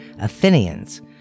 Athenians